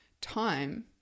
time